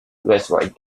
westward